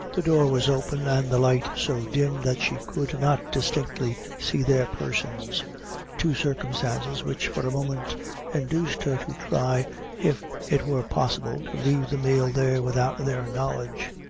the door was open, and the light so dim, that she could not distinctly see their persons two circumstances which for a moment induced her to try if it were possible to leave the meal there without their knowledge.